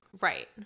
Right